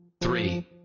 three